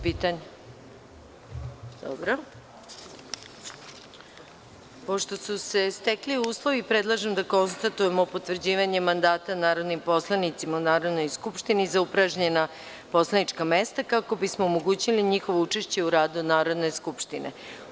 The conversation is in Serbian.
Pošto su se stekli uslovi, predlažem da konstatujemo potvrđivanje mandata narodnim poslanicima u Narodnoj skupštini za upražnjena poslanička mesta, kako bismo omogućili njihovo učešće u radu Narodne skupštine.